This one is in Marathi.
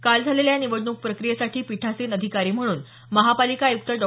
काल झालेल्या या निवडणूक प्रक्रियेसाठी पीठासीन अधिकारी म्हणून महापालिका आयुक्त डॉ